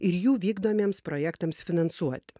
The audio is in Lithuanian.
ir jų vykdomiems projektams finansuoti